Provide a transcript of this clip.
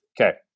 Okay